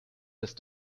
ist